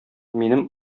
минем